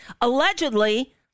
Allegedly